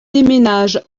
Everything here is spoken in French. déménagent